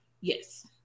Yes